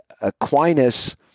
Aquinas